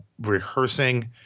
rehearsing